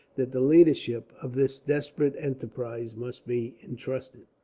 that the leadership of this desperate enterprise must be intrusted.